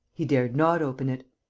he dared not open it.